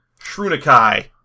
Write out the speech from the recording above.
Shrunikai